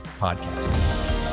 podcast